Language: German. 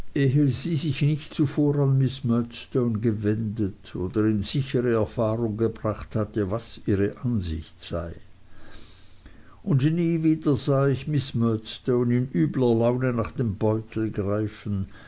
sie sich nicht zuvor an miß murdstone gewendet oder in sichre erfahrung gebracht hatte was ihre ansicht sei und nie wieder sah ich miß murdstone in übler laune nach dem beutel greifen